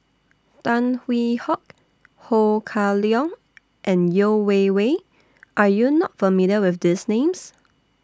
Tan Hwee Hock Ho Kah Leong and Yeo Wei Wei Are YOU not familiar with These Names